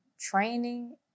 training